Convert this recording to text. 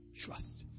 trust